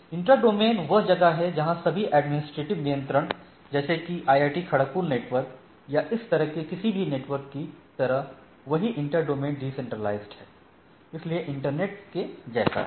intra domain वह जगह है जहां सभी एडमिनिस्ट्रेटिव नियंत्रण जैसे कि IIT खड़गपुर नेटवर्क या इस तरह के किसी भी नेटवर्क की तरह वही इंटर डोमेन डिसेंट्रलाइज हैं इसलिए इंटरनेट के जैसा है